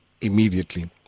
immediately